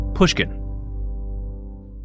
Pushkin